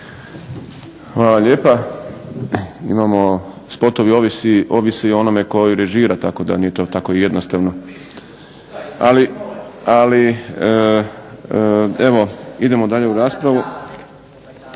Hvala lijepa. Imamo, spotovi ovisi o tome tko ih režira tako da to nije tako jednostavno. Ali evo idemo dalje u raspravu.